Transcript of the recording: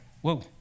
whoa